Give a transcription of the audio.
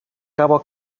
cabo